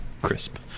crisp